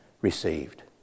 received